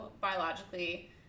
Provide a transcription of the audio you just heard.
biologically